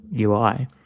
UI